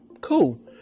cool